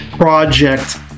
project